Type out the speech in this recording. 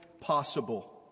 possible